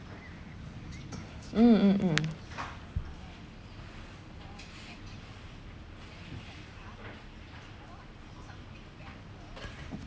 mm mm mm